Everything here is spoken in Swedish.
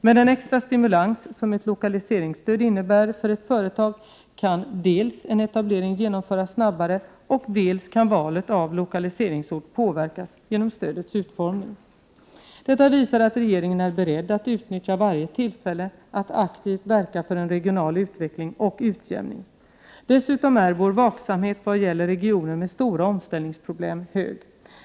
Med den extra stimulans som ett lokaliseringsstöd innebär för ett företag kan dels en etablering genomföras snabbare, dels valet av lokaliseringsort påverkas genom stödets utformning. Detta visar att regeringen är beredd att utnyttja varje tillfälle att aktivt verka för en regional utveckling och utjämning. Dessutom är vår vaksamhet vad gäller regioner med stora omställningsproblem hög.